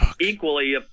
equally